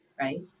right